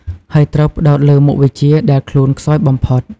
ហើយត្រូវផ្តោតលើមុខវិជ្ជាដែលខ្លួនខ្សោយបំផុត។